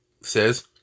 says